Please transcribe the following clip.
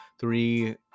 Three